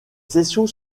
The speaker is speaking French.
sessions